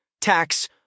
tax